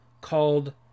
Called